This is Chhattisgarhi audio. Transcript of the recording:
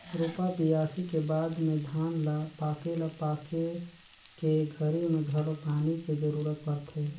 रोपा, बियासी के बाद में धान ल पाके ल पाके के घरी मे घलो पानी के जरूरत परथे